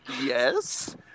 Yes